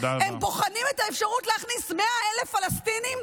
הם בוחנים את האפשרות להכניס 100,000 פלסטינים,